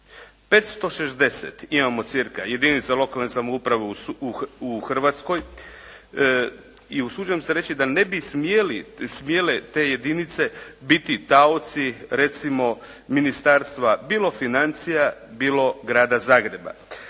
560 imamo cca jedinica lokalne samouprave u Hrvatskoj i usuđujem se reći da ne bi smjele te jedince biti taoci, recimo ministarstva bilo financija, bilo Grada Zagreba.